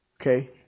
Okay